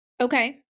Okay